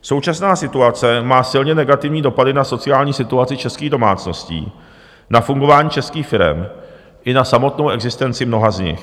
Současná situace má silně negativní dopady na sociální situaci českých domácností, na fungování českých firem i na samotnou existenci mnoha z nich.